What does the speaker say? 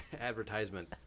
advertisement